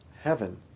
heaven